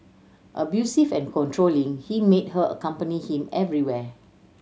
abusive and controlling he made her accompany him everywhere